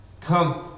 come